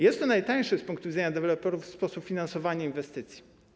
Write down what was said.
Jest to najtańszy z punktu widzenia deweloperów sposób finansowania inwestycji.